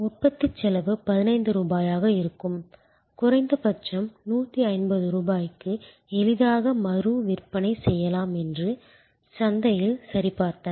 உற்பத்திச் செலவு 15 ரூபாயாக இருக்கும் குறைந்த பட்சம் 150 ரூபாய்க்கு எளிதாக மறுவிற்பனை செய்யலாம் என்று சந்தையில் சரிபார்த்தனர்